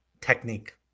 technique